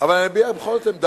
אבל בכל זאת אני אביע עמדה,